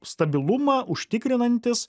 stabilumą užtikrinantis